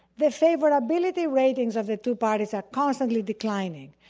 the favorability ratings of the two parties are constantly declining.